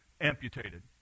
amputated